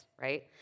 right